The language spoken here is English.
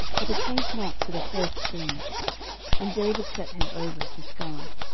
but attained not to the first three and david set him over his guard.